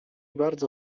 bardzo